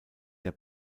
der